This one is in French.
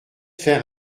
faire